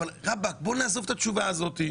אבל רבאק, בואו נעזוב את התשובה הזאת.